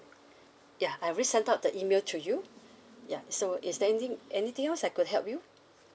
ya I already sent out the email to you ya so is there anything anything else I could help you